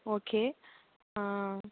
okay